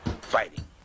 fighting